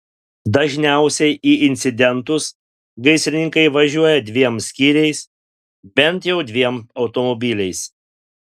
dažniausiai į incidentus gaisrininkai važiuoja dviem skyriais bent jau dviem automobiliais